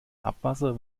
abwasser